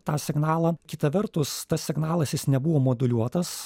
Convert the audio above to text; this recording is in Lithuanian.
tą signalą kita vertus tas signalas jis nebuvo moduliuotas